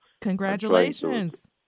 congratulations